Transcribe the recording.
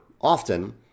often